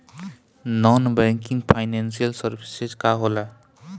Non banking financial services का होला?